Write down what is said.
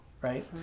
right